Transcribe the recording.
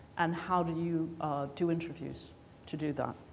and how do you do interviews to do that.